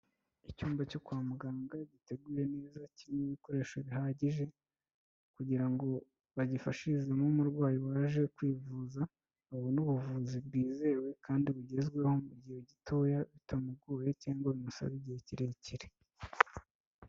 Icyumba cyo kwa muganga giteguye neza kimwe kirimo ibikoresho bihagije kugira ngo bagifashirizemo umurwayi waje kwivuza ngo abone ubuvuzi bwizewe kandi bugezweho mu gihe gitoya bitamugoye cyangwa bimusaba igihe kirekire.